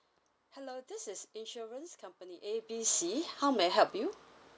hello this is insurance company A B C how may I help you